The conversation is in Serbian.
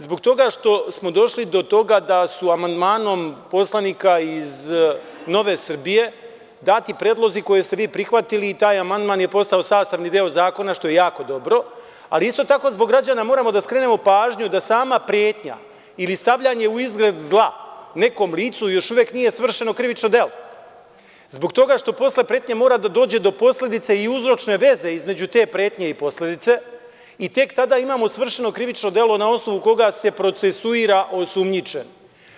Zbog toga što smo došli do toga da su amandmani poslanika iz Nove Srbije dati predlozi koje ste vi prihvatili i taj amandman je postao sastavni deo zakona što je jako dobro, ali isto tako zbog građana moramo da skrenemo pažnju da sama pretnja ili stavljanje u izgred zla nekom licu još uvek nije svršeno krivično delo zbog toga što posle pretnje mora da dođe do posledica i uzročne veze između te pretnje i posledice i tek tada imamo svršeno krivično delo na osnovu koga se procesuira osumnjičeni.